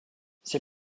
ces